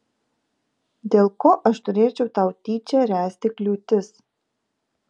dėl ko aš turėčiau tau tyčia ręsti kliūtis